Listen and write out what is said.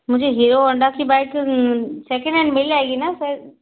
मुझे Hero Honda की bike second hand मिल जाएगी ना सर